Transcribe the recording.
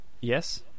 Yes